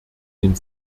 den